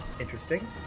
Interesting